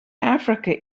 africa